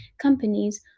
companies